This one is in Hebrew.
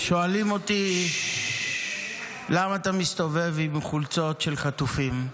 שואלים אותי: למה אתה מסתובב עם חולצות של חטופים?